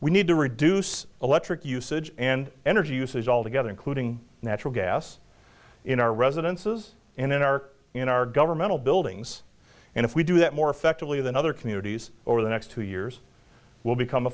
we need to reduce electric usage and energy usage all together including natural gas in our residences and in our in our governmental buildings and if we do that more effectively than other communities over the next two years will become a